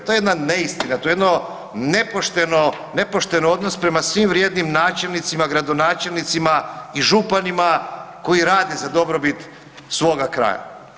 To je jedna neistina, to je jedno nepošteno, nepošten odnos prema svim vrijednim načelnicima, gradonačelnicima i županima koji rade za dobrobit svoga kraja.